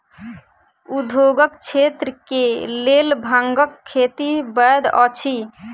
उद्योगक क्षेत्र के लेल भांगक खेती वैध अछि